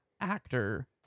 actor